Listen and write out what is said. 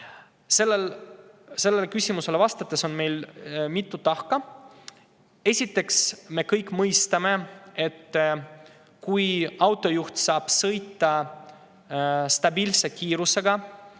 Selle küsimuse vastusel on mitu tahku. Esiteks, me kõik mõistame, et kui autojuht saab sõita stabiilse kiirusega,